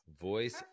Voice